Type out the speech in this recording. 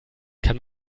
kann